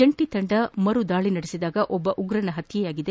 ಜಂಟಿ ತಂಡ ಮರು ದಾಳಿ ನಡೆಸಿದಾಗ ಒಬ್ಬ ಉಗ್ರನ ಹತ್ಯೆಯಾಗಿದೆ